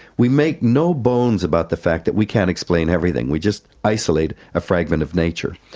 we make no bones about the fact that we can't explain everything. we just isolate a fragment of nature.